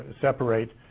separate